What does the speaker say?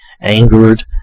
angered